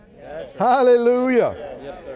Hallelujah